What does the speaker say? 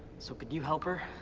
so could you help her?